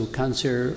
cancer